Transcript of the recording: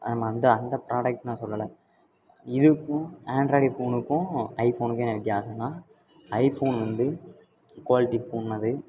ஆமாம் அந்த அந்த ப்ராடெக்ட் நான் சொல்லலை இதுக்கும் ஆண்ட்ராய்டு ஃபோனுக்கும் ஐஃபோனுக்கும் என்ன வித்தியாசம்னால் ஐஃபோன் வந்து குவாலிட்டி கூடினது